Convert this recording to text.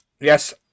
yes